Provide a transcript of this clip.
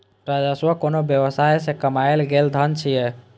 राजस्व कोनो व्यवसाय सं कमायल गेल धन छियै